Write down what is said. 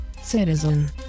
citizen